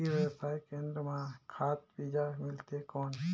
ई व्यवसाय केंद्र मां खाद बीजा मिलथे कौन?